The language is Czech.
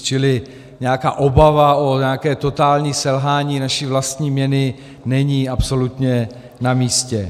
Čili nějaká obava o nějaké totální selhání naší vlastní měny není absolutně namístě.